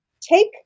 take